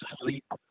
sleep